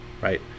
right